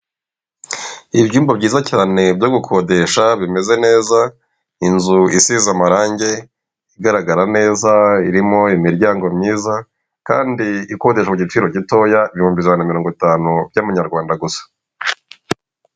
Ni ibyumba byiza cyane byo gukodesha bimeze neza, inzu isize amarange igaragara neza, irimo imiryango myiza kandi ikodeshwa ku giciro gitoya ibihumbi ijana na mirongo itanu by'amanyarwanda gusa.